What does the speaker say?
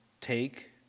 Take